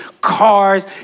cars